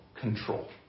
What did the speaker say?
control